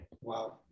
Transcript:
Wow